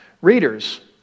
readers